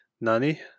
Nani